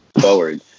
forward